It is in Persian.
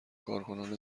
کارکنان